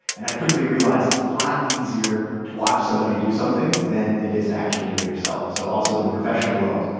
and i quickly realized it's a lot easier to watch somebody do something than it is to actually do it yourself. so also in the professional world,